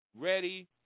Ready